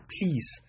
Please